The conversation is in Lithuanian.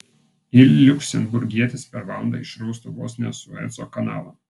ir liuksemburgietis per valandą išraustų vos ne sueco kanalą